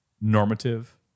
normative